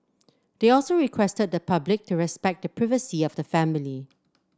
they also requested the public to respect the privacy of the family